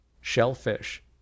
Shellfish